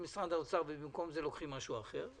במשרד האוצר ובמקום זה לוקחים משהו אחר.